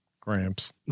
gramps